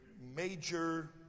major